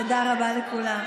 תודה רבה לכולם.